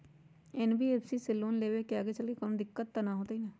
NBFC से loan लेबे से आगेचलके कौनो दिक्कत त न होतई न?